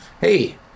Hey